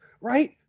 Right